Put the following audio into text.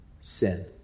Sin